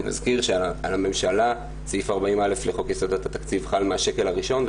אני מזכיר שעל הממשלה סעיף 40(א) לחוק יסודות התקציב חל מהשקל הראשון,